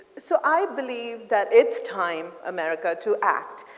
so i believe that it's time, america to act.